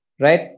right